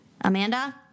Amanda